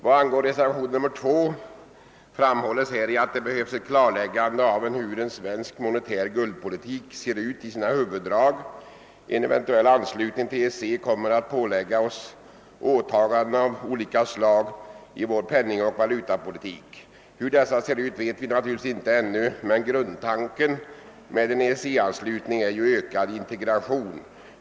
I reservationen 2 framhålles att det behövs ett klarläggande av hur en svensk monetär guldpolitik ser ut i sina huvuddrag. En eventuell anslutning till EEC kommer att pålägga oss åtaganden av olika slag i vår penningoch valutapolitik. Hur dessa ser ut vet vi naturligtvis ännu inte, men grundtanken med en EEC-anslutning är ökad integration.